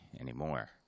Anymore